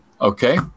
Okay